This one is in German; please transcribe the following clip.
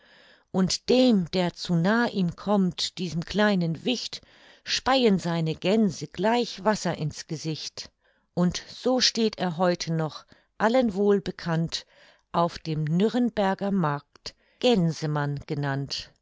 und dem der zu nah ihm kommt diesem kleinen wicht speien seine gänse gleich wasser ins gesicht und so steht er heute noch allen wohl bekannt auf dem nürrenberger markt gänsemann genannt